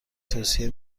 توصیه